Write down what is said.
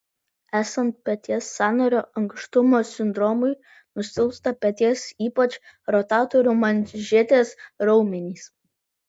esant peties sąnario ankštumo sindromui nusilpsta peties ypač rotatorių manžetės raumenys